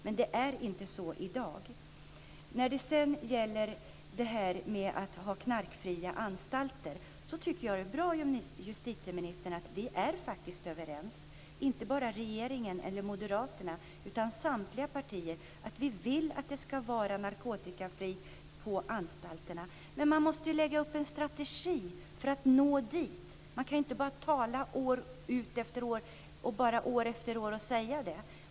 Men det är inte så i dag. När det gäller det här med att ha knarkfria anstalter tycker jag att det är bra, justitieministern, att vi faktiskt är överens, inte bara regeringen eller Moderaterna utan samtliga partier. Vi vill att det ska vara narkotikafritt på anstalterna. Men man måste ju lägga upp en strategi för att nå dit. Man kan ju inte bara år efter år säga det.